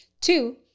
Two